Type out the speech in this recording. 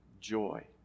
joy